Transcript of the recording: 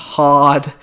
hard